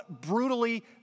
brutally